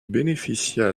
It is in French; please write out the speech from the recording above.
bénéficia